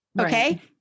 okay